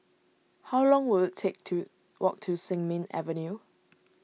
how long will it take to walk to Sin Ming Avenue